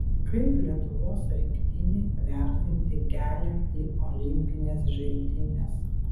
kaip lietuvos rinktinei vertinti kelią į olimpines žaidynes